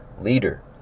leader